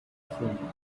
erfunden